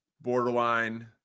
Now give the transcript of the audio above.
borderline –